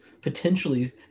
potentially